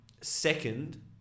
second